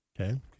Okay